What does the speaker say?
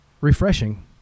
refreshing